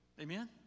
Amen